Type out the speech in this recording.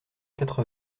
quatre